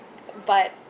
but